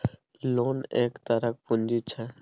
loan एक तरहक पुंजी छै